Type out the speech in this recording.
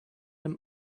him